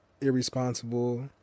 irresponsible